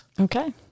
Okay